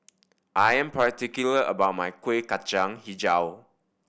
I am particular about my Kuih Kacang Hijau